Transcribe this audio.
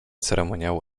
ceremoniału